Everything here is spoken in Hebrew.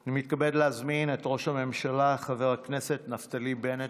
אני מתכבד להזמין את ראש הממשלה חבר הכנסת נפתלי בנט,